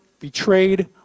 betrayed